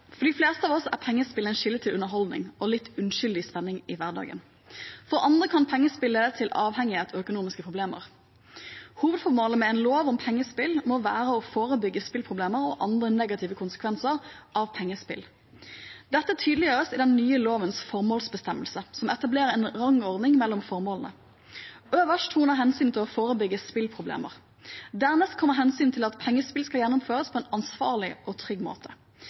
For de fleste av oss er pengespill en kilde til underholdning og litt uskyldig spenning i hverdagen. For andre kan pengespill lede til avhengighet og økonomiske problemer. Hovedformålet med en lov om pengespill må være å forebygge spilleproblemer og andre negative konsekvenser av pengespill. Dette tydeliggjøres i den nye lovens formålsbestemmelse, som etablerer en rangordning mellom formålene. Øverst troner hensynet til å forebygge spilleproblemer. Dernest kommer hensynet til at pengespill skal gjennomføres på en ansvarlig og trygg måte.